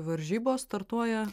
varžybos startuoja